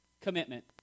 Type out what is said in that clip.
commitment